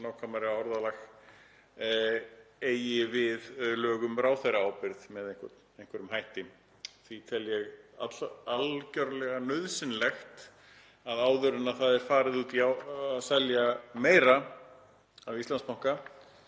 nákvæmara orðalag, snerti lög um ráðherraábyrgð með einhverjum hætti. Því tel ég algjörlega nauðsynlegt að áður en farið er út í að selja meira af Íslandsbanka